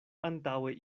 antaŭe